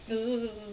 err